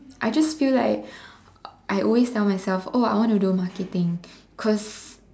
I just feel like I always tell myself oh I want to do marketing cause